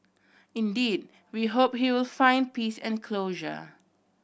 indeed we hope he will find peace and closure